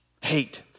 Hate